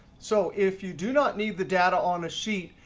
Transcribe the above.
so if you do not need the data on a sheet,